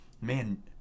man